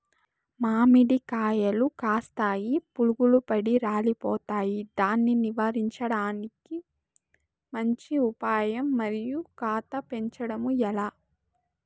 మామిడి కాయలు కాస్తాయి పులుగులు పడి రాలిపోతాయి దాన్ని నివారించడానికి మంచి ఉపాయం మరియు కాత పెంచడము ఏలా?